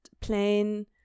plain